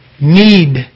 need